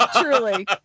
Truly